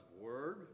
word